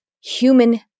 human